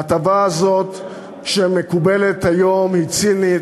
ההטבה הזאת שמקובלת היום היא צינית,